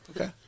Okay